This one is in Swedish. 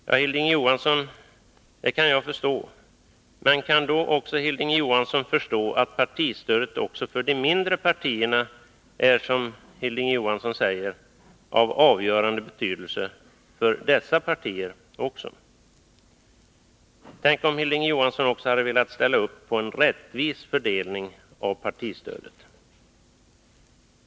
Ja, Hilding Johansson, det kan jag förstå — men kan då Hilding Johansson förstå att partistödet också för de mindre partierna är, som Hilding Johansson säger, av avgörande betydelse för dessa partier? Tänk, om Hilding Johansson också hade velat ställa upp på en rättvis fördelning av partistödet!